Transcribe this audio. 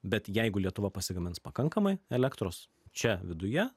bet jeigu lietuva pasigamins pakankamai elektros čia viduje